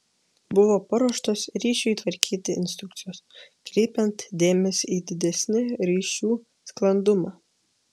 buvo paruoštos ryšiui tvarkyti instrukcijos kreipiant dėmesį į didesnį ryšių sklandumą